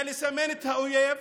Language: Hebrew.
זה לסמן את האויב,